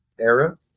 era